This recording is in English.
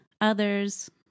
others